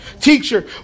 Teacher